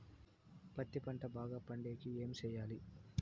పత్తి పంట బాగా పండే కి ఏమి చెయ్యాలి?